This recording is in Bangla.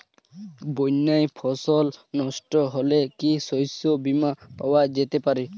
বন্যায় ফসল নস্ট হলে কি শস্য বীমা পাওয়া যেতে পারে?